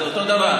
זה אותו דבר.